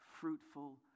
fruitful